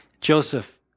joseph